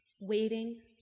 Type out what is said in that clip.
waiting